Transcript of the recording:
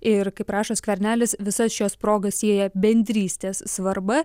ir kaip rašo skvernelis visas šias progas sieja bendrystės svarba